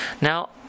Now